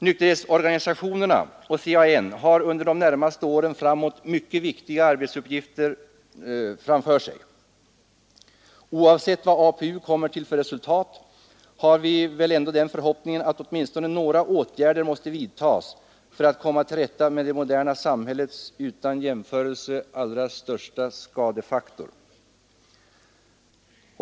Nykterhetsorganisationerna och CAN har under de närmaste åren framöver mycket viktiga arbetsuppgifter. Oavsett vilket resultat APU kommer fram till har vi ändå den förhoppningen att åtminstone några åtgärder skall vidtas för att komma till rätta med det moderna samhällets utan all jämförelse allra största skadefaktor.